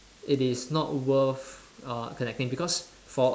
it is not worth uh connecting because for